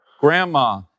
Grandma